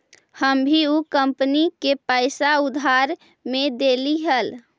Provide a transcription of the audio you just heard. हम भी ऊ कंपनी के पैसा उधार में देली हल